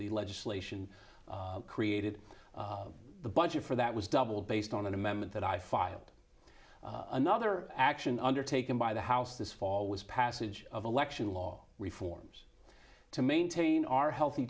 the legislation created the budget for that was double based on an amendment that i filed another action undertaken by the house this fall was passage of election law reforms to maintain our healthy